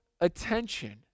attention